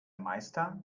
meister